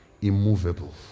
immovable